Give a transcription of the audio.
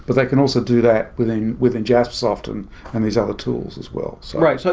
but they can also do that within within jaspersoft and and these other tools as well so right. so